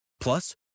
Plus